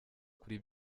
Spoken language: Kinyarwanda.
kuri